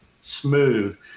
Smooth